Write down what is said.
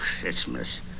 Christmas